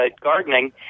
gardening